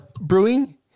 Brewing